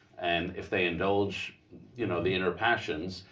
and if they indulge you know the inner passions,